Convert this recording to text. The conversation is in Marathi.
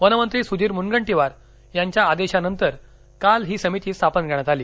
वनमंत्री सुधीर मुनगंटीवार यांच्या आदेशानंतर काल ही समिती स्थापन करण्यात आली